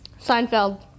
Seinfeld